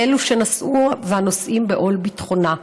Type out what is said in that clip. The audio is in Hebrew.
לאלו שנשאו ולאלו הנושאים בעול ביטחונה,